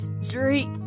street